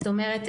זאת אומרת,